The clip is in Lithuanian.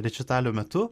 rečitalio metu